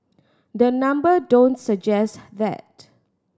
the number don't suggest that